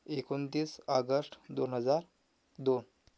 एकोणतीस आगष्ट दोन हजार दोन